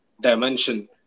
dimension